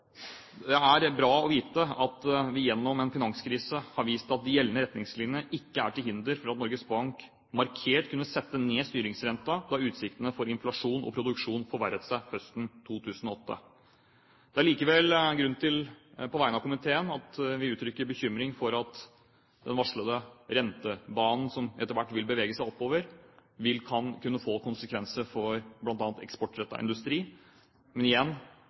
Det er bra å vite at vi gjennom en finanskrise har vist at de gjeldende retningslinjer ikke er til hinder for at Norges Bank markert kunne sette ned styringsrenten da utsiktene for inflasjon og produksjon forverret seg høsten 2008. Det er likevel grunn til, på vegne av komiteen, å uttrykke bekymring for at den varslede rentebanen, som etter hvert vil bevege seg oppover, vil kunne få konsekvenser for bl.a. eksportrettet industri. Men igjen